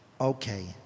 Okay